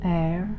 air